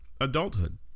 adulthood